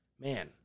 man